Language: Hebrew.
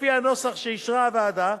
לפי הנוסח שאישרה הוועדה,